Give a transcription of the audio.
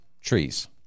trees